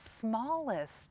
smallest